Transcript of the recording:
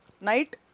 night